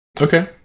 Okay